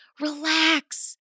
Relax